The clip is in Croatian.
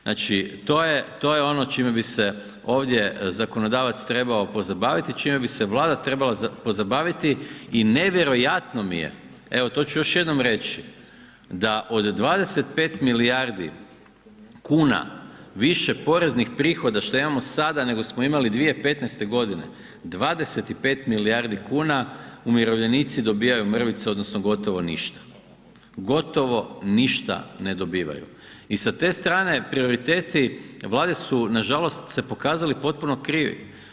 Znači, to je, to je ono čime bi se ovdje zakonodavac trebao pozabaviti, čime bi se Vlada trebala pozabaviti i nevjerojatno mi je, evo to ću još jednom reći, da od 25 milijardi kuna više poreznih prihoda šta imamo sada nego smo imali 2015.g., 25 milijardi kuna umirovljenici dobivaju mrvice odnosno gotovo ništa, gotovo ništa ne dobivaju i sa te strane prioriteti Vlade su nažalost se pokazali potpuno krivi.